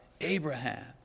Abraham